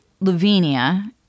Lavinia